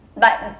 but